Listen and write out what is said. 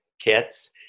kits